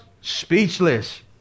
speechless